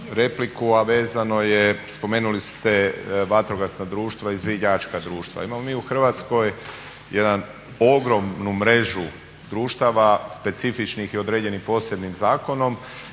a vezano je spomenuli ste vatrogasna društva, izviđačka društva. Imamo mi u Hrvatskoj jednu ogromnu mrežu društava specifičnih i određenih posebnim zakonom